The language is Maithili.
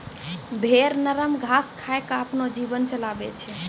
भेड़ नरम घास खाय क आपनो जीवन चलाबै छै